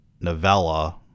novella